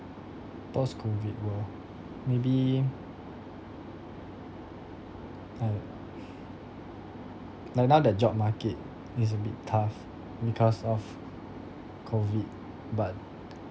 post COVID world maybe I like now the job market is a bit tough because of COVID but